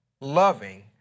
loving